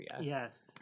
Yes